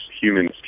humans